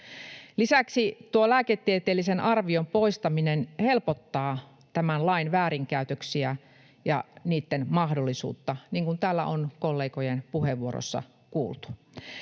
Lisäksi lääketieteellisen arvion poistaminen helpottaa tämän lain väärinkäytöksiä ja niitten mahdollisuutta, niin kuin täällä on kollegojen puheenvuoroissa kuultu.